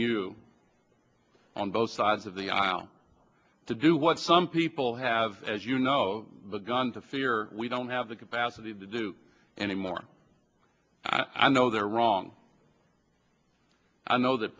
you on both sides of the aisle to do what some people have as you know begun to fear we don't have the capacity to do anymore i know they're wrong i know that